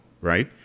right